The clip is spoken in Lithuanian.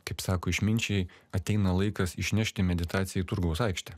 kaip sako išminčiai ateina laikas išnešti meditaciją į turgaus aikštę